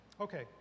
Okay